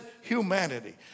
humanity